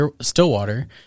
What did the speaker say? Stillwater